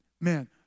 man